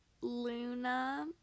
luna